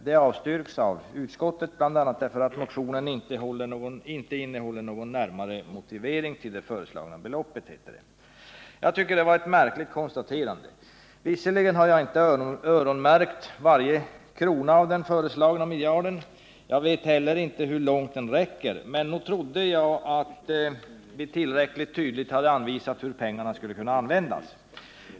Det avstyrks av utskottet, bl.a. därför att motionen inte innehåller någon närmare motivering till det föreslagna beloppet, som det heter. Jag tycker att det var ett märkligt konstaterande. Visserligen har jag inte öronmärkt varje krona av den föreslagna miljarden. Jag vet heller inte hur långt den räcker, men nog trodde jag att vi tillräckligt tydligt hade anvisat hur pengarna skulle kunna användas.